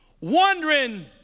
wondering